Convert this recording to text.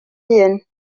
hun